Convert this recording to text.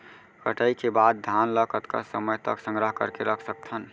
कटाई के बाद धान ला कतका समय तक संग्रह करके रख सकथन?